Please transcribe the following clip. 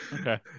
Okay